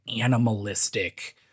animalistic